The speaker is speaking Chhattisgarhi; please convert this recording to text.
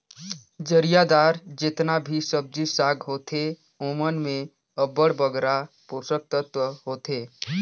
जरियादार जेतना भी सब्जी साग होथे ओमन में अब्बड़ बगरा पोसक तत्व होथे